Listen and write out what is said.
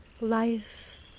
Life